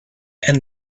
and